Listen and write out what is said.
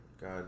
God